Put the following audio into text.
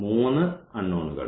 മൂന്ന് അൺനോണുകൾ